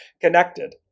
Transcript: connected